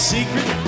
Secret